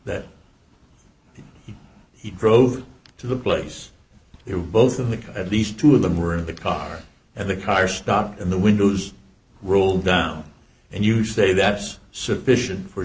that he drove to the place they were both of them at least two of them are in the car and the car stopped in the windows rolled down and you say that's sufficient for